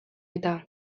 eta